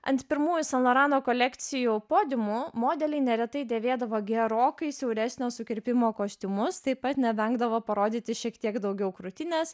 ant pirmųjų san lorano kolekcijų podiumų modeliai neretai dėvėdavo gerokai siauresnio sukirpimo kostiumus taip pat nevengdavo parodyti šiek tiek daugiau krūtinės